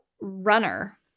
runner